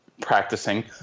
practicing